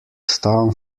town